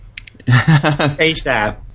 ASAP